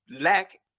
lack